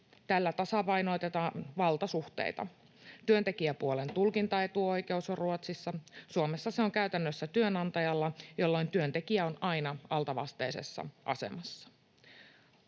Tällä tasapainotetaan valtasuhteita. Työntekijäpuolen tulkintaetuoikeus on Ruotsissa, mutta Suomessa se on käytännössä työnantajalla, jolloin työntekijä on aina altavastaisessa asemassa.